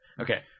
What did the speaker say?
Okay